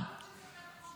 מה העלות של זה בחודש לחולה?